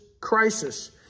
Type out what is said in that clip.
crisis